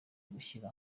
gushyira